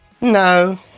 no